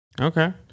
okay